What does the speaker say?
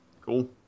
Cool